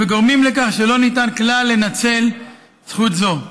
וגורמים לכך שלא ניתן כלל לנצל זכות זו.